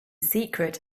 secret